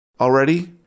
Already